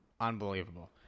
Unbelievable